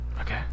Okay